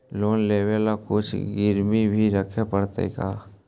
Loan लेबे ल कुछ गिरबी भी रखे पड़तै का?